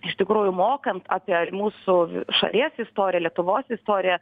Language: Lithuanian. iš tikrųjų mokant apie mūsų šalies istoriją lietuvos istoriją